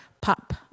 pop